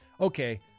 Okay